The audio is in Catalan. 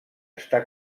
està